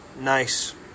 nice